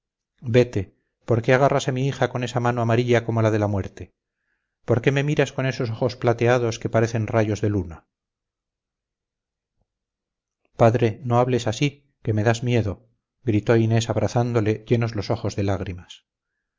vete por qué agarras a mi hija con esa mano amarilla como la de la muerte por qué me miras con esos ojos plateados que parecen rayos de luna padre no hables así que me das miedo gritó inés abrazándole llenos los ojos de lágrimas